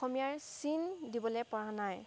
অসমীয়াৰ চিন দিবলে পৰা নাই